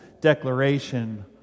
declaration